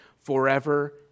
forever